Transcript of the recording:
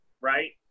right